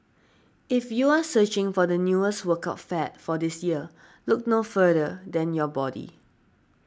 if you are searching for the newest workout fad for this year look no further than your body